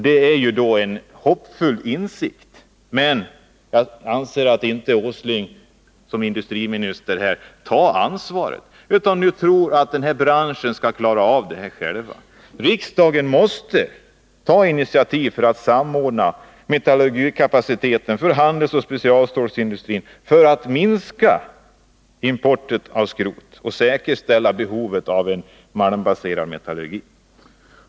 Det är en hoppfull insikt, men jag anser att Nils Åsling inte tar sitt ansvar som industriminister — han tror att branschen själv kan klara av detta. Riksdagen måste ta initiativ för att samordna metallurgikapaciteten för handelsoch specialstålsindustrin. På det sättet kan man minska importen av skrot och säkerställa tillgången på malmbaserad metallurgi.